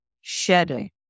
shedding